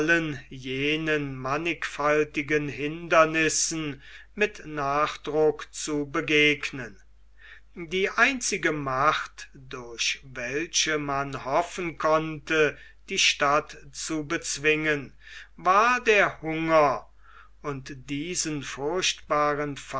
jenen mannigfaltigen hindernissen mit nachdruck zu begegnen die einzige macht durch welche man hoffen konnte die stadt zu bezwingen war der hunger und diesen furchtbaren